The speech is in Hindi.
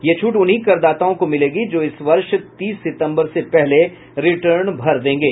यह छूट उन्हीं करदाताओं को मिलेगी जो इस वर्ष तीस सितम्बर से पहले रिटर्न भर देंगे